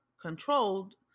controlled